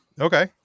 okay